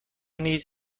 نیز